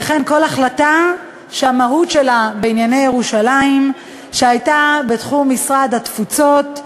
וכן כל החלטה שהמהות שלה בענייני ירושלים שהייתה בתחום משרד התפוצות,